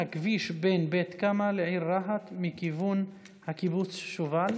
בנושא: הכביש בין בית קמה לעיר רהט מכיוון קיבוץ שובל.